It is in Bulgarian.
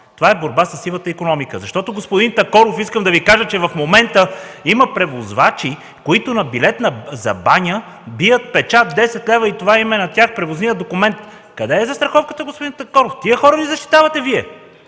Това е борба със сивата икономика. Господин Такоров, искам да Ви кажа, че в момента има превозвачи, които на билет за баня бият печат – 10 лева, и това им е превозният документ! Къде е застраховката, господин Такоров? Тези хора ли защитавате?